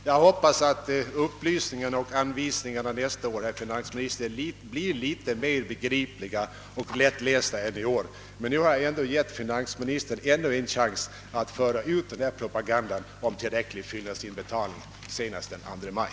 Jag hoppas, herr statsråd, att upplysningarna och anvisningarna blir litet mera begripliga och lättlästa nästa år än de varit i år. Nu har jag dock gett finansministern ännu en chans att föra ut denna propaganda om tillräcklig fyllnadsinbetalning senast den 2 maj.